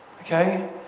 Okay